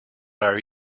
are